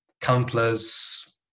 countless